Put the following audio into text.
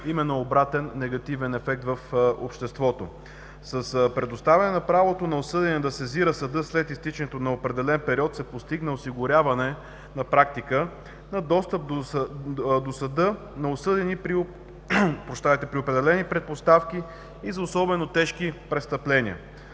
именно обратен, негативен ефект в обществото. С предоставяне правото на осъдения да сезира съда след изтичането на определен период се постигна осигуряване на практика на достъп до съда на осъдени при определени предпоставки и за особено тежки престъпления,